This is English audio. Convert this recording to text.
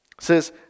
says